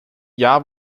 jahr